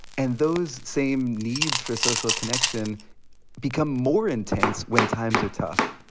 and those same needs for social connection become more intense when times are tough.